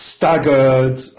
staggered